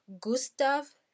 Gustav